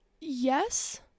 yes